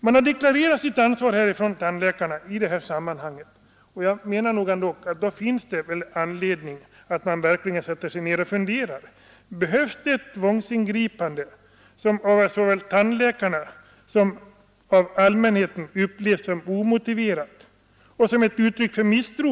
Man har från tandläkarna deklarerat sitt ansvar i detta sammanhang, och jag menar att det då finns anledning att sätta sig ned och fundera om det behövs ett tvångsingripande som av såväl tandläkarna som allmänheten upplevs som omotiverat och som uttryck för misstro.